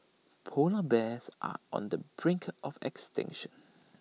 Polar Bears are on the brink of extinction